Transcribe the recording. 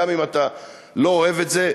גם אם אתה לא אוהב את זה,